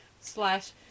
slash